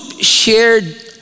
shared